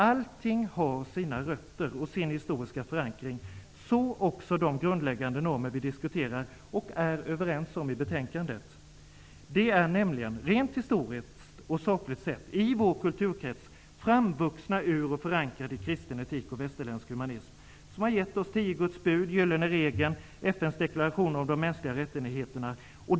Allting har sina rötter och sin historiska förankring, så också de grundläggande normer vi diskuterar och är överens om i betänkandet. De är nämligen, rent historiskt och sakligt sett, i vår kulturkrets framvuxna ur och förankrade i kristen etik och västerländsk humanism, som har gett oss tio Guds bud, gyllene regeln och FN:s deklaration om de mänskliga rättigheterna.